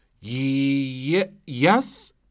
Yes